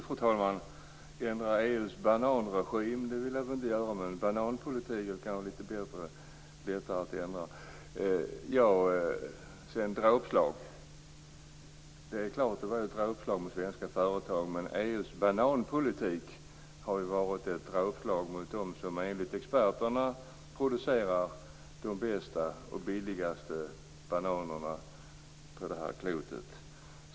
Fru talman! Ändra EU:s "bananregim" vill jag väl inte göra men bananpolitiken kan det vara lite lättare att ändra. Det är klart att det här var ett dråpslag mot svenska företag men EU:s bananpolitik har varit ett dråpslag mot dem som enligt experterna producerar de bästa och billigaste bananerna på det här klotet.